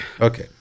Okay